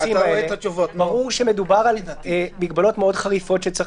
אתה יכול לצאת ממקום המגורים לטובת כל אחד מהחריגים שהקראתי,